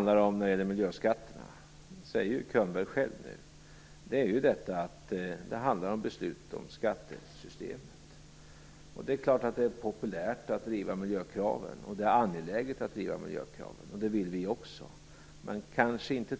När det gäller miljöskatterna handlar det, som Bo Könberg själv säger, om beslut om skattesystemet. Naturligtvis är det populärt att driva miljökraven. Det är också angeläget, och även vi vill det - men inte